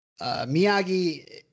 Miyagi